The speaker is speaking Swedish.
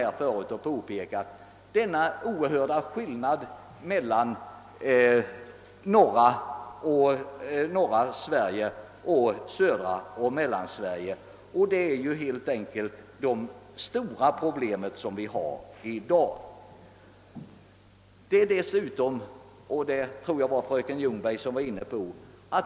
Det är emellertid en oerhörd skillnad mellan förhållandena i norra Sverige och i södra och mellersta Sverige. Det är detta som är vårt stora problem i dag.